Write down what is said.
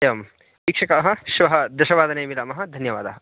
एवं वीक्षकाः श्वः दशवादने मिलामः धन्यवादाः